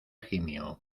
gimió